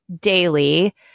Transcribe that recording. daily